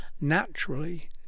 naturally